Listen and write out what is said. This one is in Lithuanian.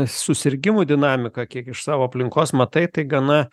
susirgimų dinamika kiek iš savo aplinkos matai tai gana